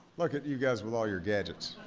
look at you guys with all your gadgets.